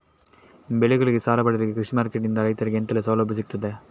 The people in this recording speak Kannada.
ಬೆಳೆಗಳಿಗೆ ಸಾಲ ಪಡಿಲಿಕ್ಕೆ ಕೃಷಿ ಮಾರ್ಕೆಟ್ ನಿಂದ ರೈತರಿಗೆ ಎಂತೆಲ್ಲ ಸೌಲಭ್ಯ ಸಿಗ್ತದ?